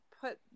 put